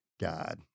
God